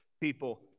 people